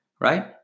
right